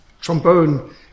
trombone